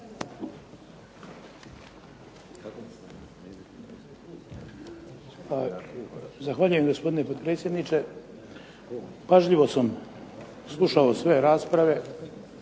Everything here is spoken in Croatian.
Zahvaljujem gospodine potpredsjedniče. Pažljivo sam slušao sve rasprave,